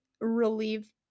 relieve